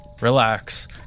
relax